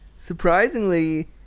surprisingly